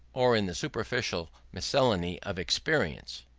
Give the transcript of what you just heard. or in the superficial miscellany of experience.